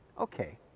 Okay